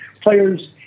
players